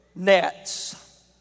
Nets